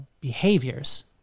behaviors